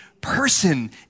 person